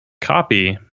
copy